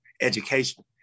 Education